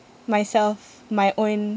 myself my own